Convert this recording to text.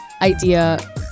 idea